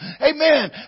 Amen